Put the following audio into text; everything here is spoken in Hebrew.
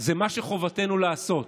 זה מה שחובתנו לעשות: